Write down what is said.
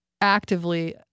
actively